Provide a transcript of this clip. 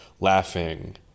laughing